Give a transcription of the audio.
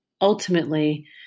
ultimately